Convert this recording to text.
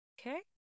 Okay